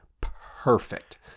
perfect